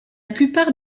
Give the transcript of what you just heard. plupart